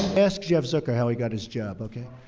ask jeff zucker how he got his job, okay?